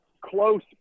close